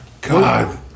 God